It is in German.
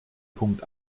punkt